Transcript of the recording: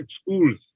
schools